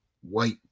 white